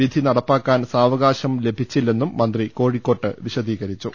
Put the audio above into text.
വിധി നടപ്പാക്കാൻ സാവകാശം ലഭിച്ചില്ലെന്നും മന്ത്രി കോഴിക്കോട്ട് വിശദീകരിച്ചു